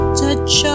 touch